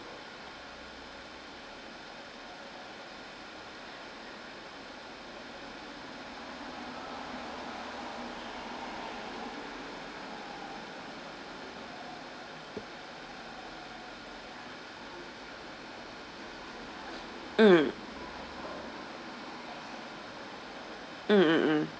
mm mm mm mm